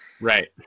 Right